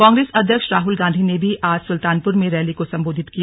कांग्रेस अध्यक्ष राहुल गांधी ने भी आज सुल्तानपुर में रैली को सम्बोधित किया